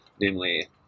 namely